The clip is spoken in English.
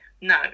no